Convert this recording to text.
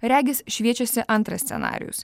regis šviečiasi antras scenarijus